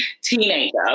teenager